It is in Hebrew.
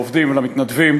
לעובדים ולמתנדבים